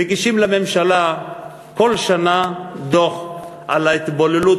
מגישה לממשלה כל שנה דוח על ההתבוללות,